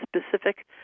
specific